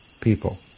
people